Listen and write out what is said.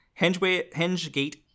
Hengegate